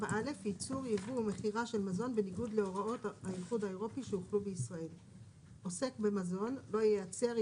"ייצור ייבוא או4א.עוסק במזון לא ייצר,